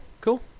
cool